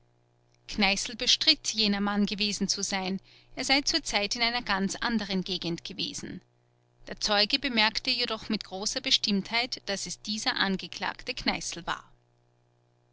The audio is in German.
kneißl bestritt jener mann gewesen zu sein er sei zur zeit in einer ganz anderen gegend gewesen der zeuge bemerkte jedoch mit großer bestimmtheit daß es dieser angeklagte kneißl war